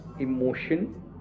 emotion